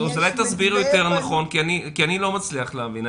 אז אולי תסבירי יותר נכון, כי אני לא מצליח להבין.